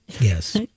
Yes